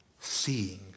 seeing